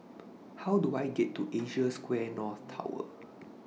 How Do I get to Asia Square North Tower